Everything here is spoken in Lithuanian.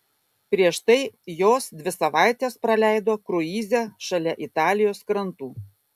prieš tai jos dvi savaites praleido kruize šalia italijos krantų